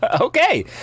Okay